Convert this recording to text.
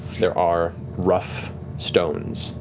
there are rough stones,